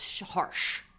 harsh